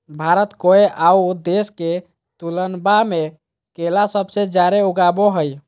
भारत कोय आउ देश के तुलनबा में केला सबसे जाड़े उगाबो हइ